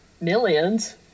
millions